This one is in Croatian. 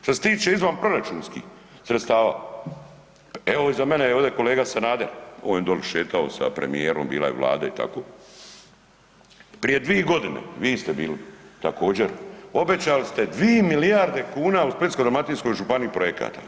Što se tiče izvanproračunskih sredstava, evo iza mene je ovdje kolega Sanader, on je doli šetao sa premijerom bila je Vlada i tako, prije dvije godine, vi ste bili također obećali ste dvije milijarde kuna u Splitsko-dalmatinskoj županiji projekata.